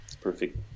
perfect